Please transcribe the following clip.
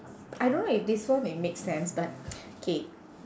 I don't know if this one it makes sense but K